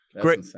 great